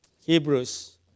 Hebrews